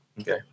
Okay